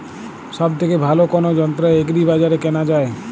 সব থেকে ভালো কোনো যন্ত্র এগ্রি বাজারে কেনা যায়?